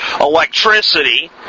electricity